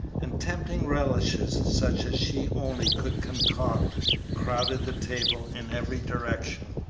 and tempting relishes such as she only could concoct crowded the table in every direction.